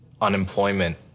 unemployment